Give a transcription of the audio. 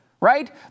right